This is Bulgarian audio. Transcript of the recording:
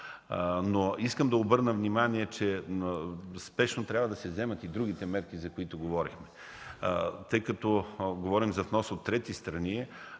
Искам да обърна внимание, че спешно трябва да се вземат и другите мерки, за които говорихме. Тъй като говорим за внос от трети страни,